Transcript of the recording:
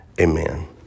Amen